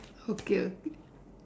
okay okay